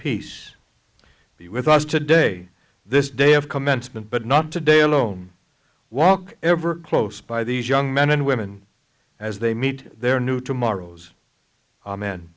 peace be with us today this day of commencement but not today alone walk ever close by these young men and women as they meet their new tomorrows a man